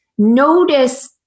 Notice